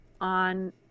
On